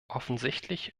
offensichtlich